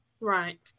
right